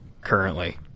currently